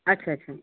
अच्छा अच्छा